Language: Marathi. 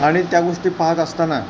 आणि त्या गोष्टी पाहत असताना